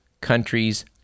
countries